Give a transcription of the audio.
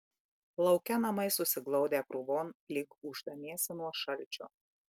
lauke namai susiglaudę krūvon lyg gūždamiesi nuo šalčio